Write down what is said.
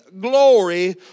glory